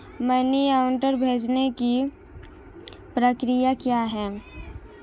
Money order भेजने की प्रक्रिया क्या है?